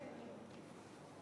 כן, אני.